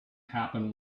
happen